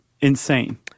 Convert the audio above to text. insane